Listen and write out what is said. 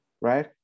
right